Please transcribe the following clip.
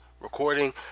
recording